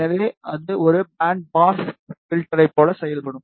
எனவே அது ஒரு பேண்ட் பாஸ் பில்டர்களைப் போல செயல்படும்